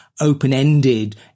open-ended